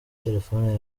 telefoni